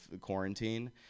quarantine